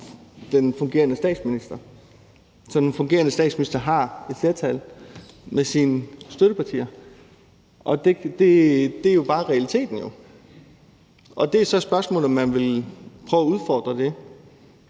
den fungerende statsminister. Så den fungerende statsminister har et flertal med sine støttepartier, det er jo bare realiteten, og så er spørgsmålet, om man vil prøve at udfordre det,